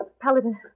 Paladin